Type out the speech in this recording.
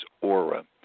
aura